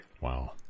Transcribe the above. Wow